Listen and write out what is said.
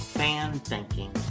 Fan-thinking